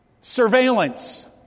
surveillance